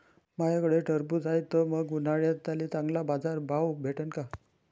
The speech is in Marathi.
माह्याकडं टरबूज हाये त मंग उन्हाळ्यात त्याले चांगला बाजार भाव भेटन का?